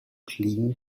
clean